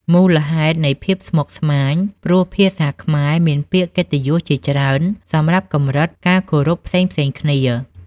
មូលហេតុនៃភាពស្មុគស្មាញ ព្រោះភាសាខ្មែរមានពាក្យកិត្តិយសជាច្រើនសម្រាប់កម្រិតការគោរពផ្សេងៗគ្នា។